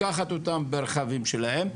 לקחת אותם ברכבים שלהם,